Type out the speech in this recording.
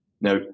Now